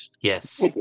Yes